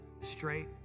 straight